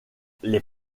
les